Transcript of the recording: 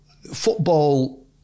football